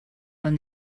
when